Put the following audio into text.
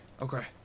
Okay